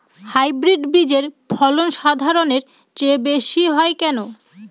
Hybrid বীজের ফলন সাধারণের চেয়ে বেশী হয় কেনো?